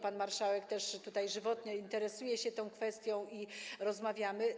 Pan marszałek też żywotnie interesuje się tą kwestią i rozmawiamy.